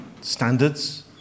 standards